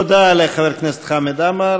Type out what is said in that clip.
תודה לחבר הכנסת חמד עמאר.